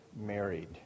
married